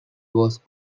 was